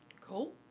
Cool